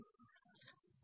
વિદ્યાર્થી